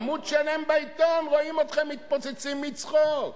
עמוד שלם בעיתון רואים אתכם מתפוצצים מצחוק.